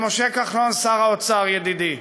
למשה כחלון, שר האוצר, ידידי,